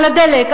על הדלק,